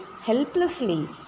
helplessly